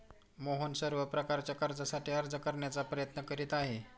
मोहन सर्व प्रकारच्या कर्जासाठी अर्ज करण्याचा प्रयत्न करीत आहे